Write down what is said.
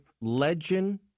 legend